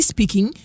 Speaking